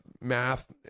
math